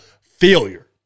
failure